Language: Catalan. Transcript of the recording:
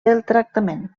tractament